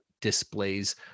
displays